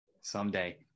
Someday